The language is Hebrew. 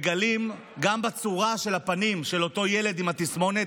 מגלים גם בצורה של הפנים של אותו ילד עם התסמונת,